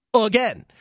again